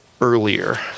earlier